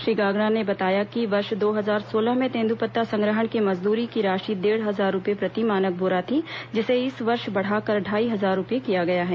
श्री गागड़ा ने बताया कि वर्ष दो हजार सोलह में तेन्द्रपत्ता संग्रहण की मजदूरी की राशि डेढ़ हजार रूपए प्रति मानक बोरा थी जिसे इस वर्ष बढ़ाकर ढाई हजार रूपए किया गया है